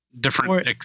different